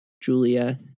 Julia